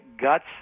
guts –